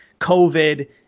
COVID